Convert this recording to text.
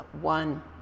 one